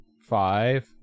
Five